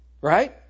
right